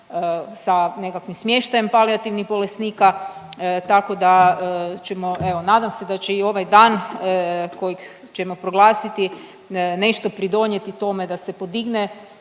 sa nekakvim smještajem palijativnih bolesnika, tako da ćemo evo nadam se će i ovaj dan kojeg ćemo proglasiti nešto pridonijeti tome da se podigne